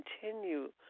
continue